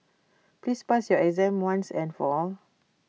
please pass your exam once and for all